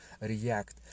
react